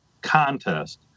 contest